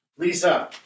Lisa